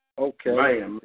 Okay